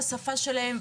בשפה שלהם,